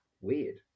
weird